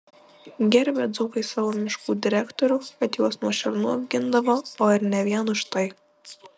gerbė dzūkai savo miškų direktorių kad juos nuo šernų apgindavo o ir ne vien už tai